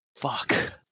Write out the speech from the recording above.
Fuck